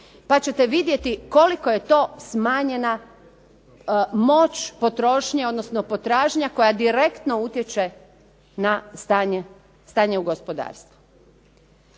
pa ćete vidjeti koliko je to smanjena moć potrošnje, odnosno potražnja koja direktno utječe na stanje u gospodarstvu.